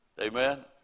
Amen